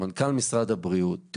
שמנכ"ל משרד הבריאות.